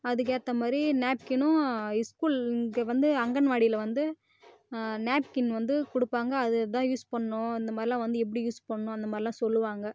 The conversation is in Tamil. அதுக்கேற்ற மாதிரி நாப்கினும் ஸ்கூல் இங்கே வந்து அங்கன்வாடியில் வந்து நாப்கின் வந்து கொடுப்பாங்க அது தான் யூஸ் பண்ணும் அந்த மாதிரிலாம் வந்து எப்படி யூஸ் பண்ணும் அந்த மாதிரிலாம் சொல்லுவாங்க